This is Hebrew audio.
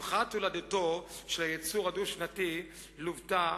הולדתו של היצור הדו-שנתי לוותה,